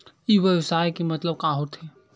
ई व्यवसाय के मतलब का होथे?